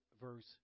verse